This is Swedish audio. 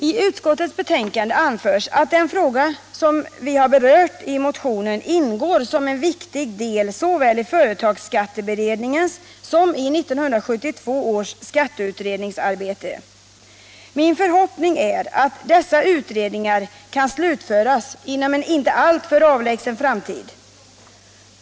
I utskottets betänkande anförs att den fråga som vi har berört i motionen ingår som en viktig del såväl i företagsskatteberedningens som i 1972 års skatteutrednings arbete. Min förhoppning är att dessa utredningar kan slutföras inom en inte alltför avlägsen framtid.